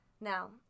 Now